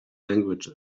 language